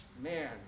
Man